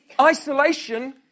isolation